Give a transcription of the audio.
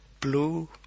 blue